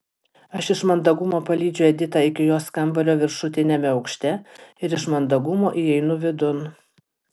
aš iš mandagumo palydžiu editą iki jos kambario viršutiniame aukšte ir iš mandagumo įeinu vidun